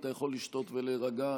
אתה יכול לשתות ולהירגע,